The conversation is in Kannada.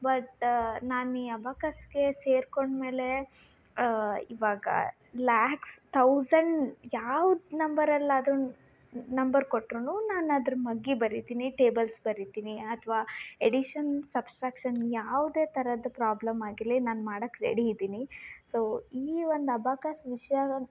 ಬಟ್ ನಾನು ಈ ಅಬಾಕಸ್ಗೆ ಸೇರ್ಕೊಂಡು ಮೇಲೆ ಇವಾಗ ಲ್ಯಾಕ್ಸ್ ಥೌಸಂಡ್ ಯಾವುದು ನಂಬರಲ್ಲಾದರು ನಂಬರ್ ಕೊಟ್ರು ನಾನು ಅದ್ರ ಮಗ್ಗಿ ಬರಿತೀನಿ ಟೇಬಲ್ಸ್ ಬರಿತೀನಿ ಅಥವಾ ಎಡಿಷನ್ ಸಬ್ಸ್ಟ್ರ್ಯಾಕ್ಷನ್ ಯಾವುದೆ ಥರದ್ದು ಪ್ರಾಬ್ಲಮ್ ಆಗಿರಲಿ ನಾನು ಮಾಡೋಕೆ ರೆಡಿ ಇದ್ದೀನಿ ಸೊ ಈ ಒಂದು ಅಬಾಕಸ್ ವಿಷಯನ